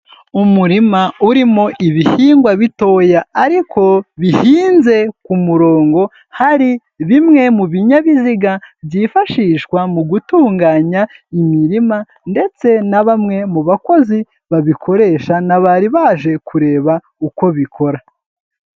Umurima urimo ibihingwa bitoya ariko bihinze ku murongo, hari bimwe mu binyabiziga byifashishwa mu gutunganya imirima ndetse na bamwe mu bakozi babikoresha bari baje kureba uko bikora.